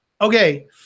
Okay